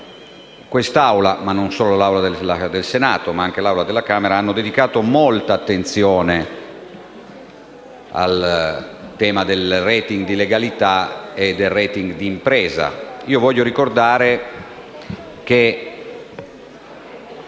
l'Assemblea (non solo quella del Senato, ma anche quella della Camera) ha dedicato molta attenzione al tema del*rating* di legalità e del *rating* d'impresa. Voglio ricordare che,